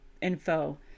info